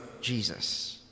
Jesus